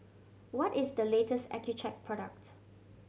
what is the latest Accucheck product